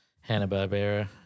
Hanna-Barbera